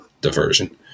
diversion